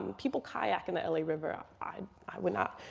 people kayak in the la river, ah i i would not.